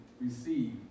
receive